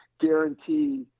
guarantee